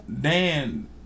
Dan